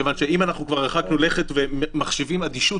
כיוון שאם אנחנו כבר הרחקנו לכת ומחשיבים אדישות